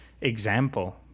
example